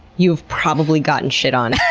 you've probably gotten shit on,